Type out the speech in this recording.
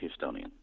Houstonian